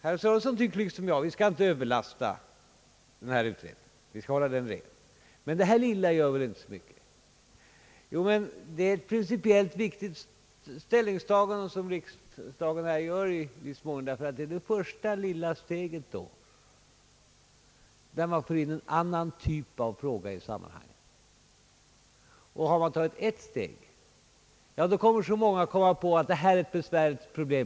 Herr Sörenson tycker liksom jag att vi inte skall överbelasta utredningen utan hålla den ren. Men den här lilla detaljen gör väl inte mycket. Det är ändå ett principiellt viktigt ställningstagande som riksdagen här gör, därför att det skulle innebära det första lilla steget till att föra in en annan typ av fråga i utredningen. Har man gjort detta en gång, då kommer kanske många att vilja göra på samma sätt när de möter ett besvärligt problem.